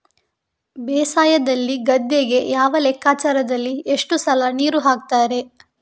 ಬೇಸಾಯದಲ್ಲಿ ಗದ್ದೆಗೆ ಯಾವ ಲೆಕ್ಕಾಚಾರದಲ್ಲಿ ಎಷ್ಟು ಸಲ ನೀರು ಹಾಕ್ತರೆ?